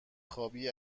خوابی